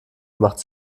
macht